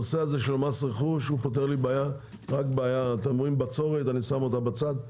הנושא של מס רכוש פותר בעיה אתם אומרים בצורת אני שם אותה בצד.